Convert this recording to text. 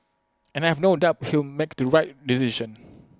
and I have no doubt he'll make the right decision